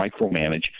micromanage